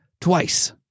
twice